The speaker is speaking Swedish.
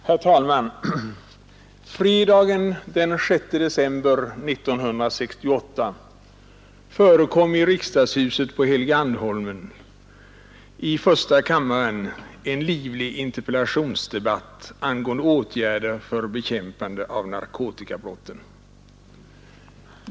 Herr talman! Fredagen den 6 decmber 1968 förekom i första kammaren i riksdagshuset på Helgeandsholmen en livlig interpellationsdebatt angående åtgärder för bekämpande av narkotikabrotten.